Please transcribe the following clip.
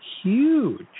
huge